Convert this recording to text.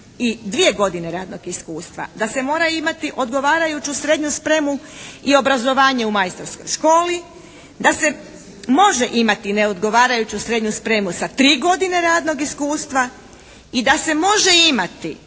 i dvije godine radnog iskustva. Da se mora imati odgovarajuću srednju spremu i obrazovanje u majstorskoj školi. Da se može imati neodgovarajuću srednju spremu sa 3 godine radnog iskustva. I da se može imati